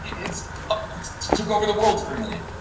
it took over the world for a minute.